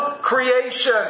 creation